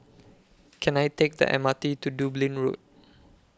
Can I Take The M R T to Dublin Road